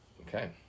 Okay